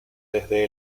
desde